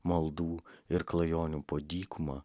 maldų ir klajonių po dykumą